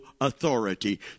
authority